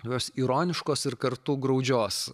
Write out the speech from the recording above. jos ironiškos ir kartu graudžios